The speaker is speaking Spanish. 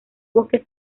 bosques